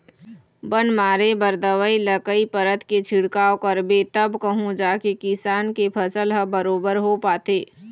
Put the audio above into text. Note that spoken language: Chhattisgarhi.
बन मारे बर दवई ल कई परत के छिड़काव करबे तब कहूँ जाके किसान के फसल ह बरोबर हो पाथे